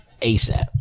ASAP